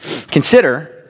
Consider